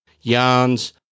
yarns